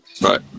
right